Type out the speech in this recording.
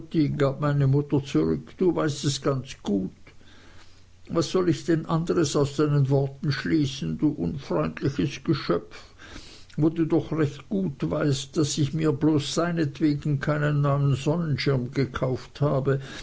meine mutter zurück du weißt es ganz gut was soll ich denn anderes aus deinen worten schließen du unfreundliches geschöpf wo du doch recht gut weißt daß ich mir bloß seinetwegen keinen neuen sonnenschirm gekauft habe